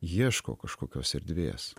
ieško kažkokios erdvės